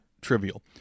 trivial